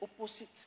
opposite